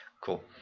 Cool